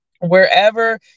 wherever